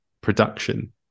production